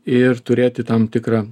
ir turėti tam tikrą